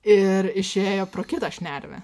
ir išėjo pro kitą šnervę